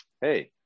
Hey